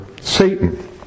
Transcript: Satan